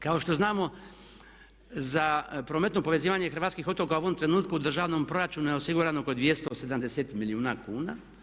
Kao što znamo za prometno povezivanje hrvatskih otoka u ovom trenutku u državnom proračunu je osigurano oko 270 milijuna kuna.